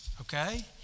okay